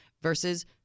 versus